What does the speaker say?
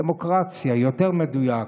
דמוקרציה יותר מדויק.